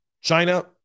China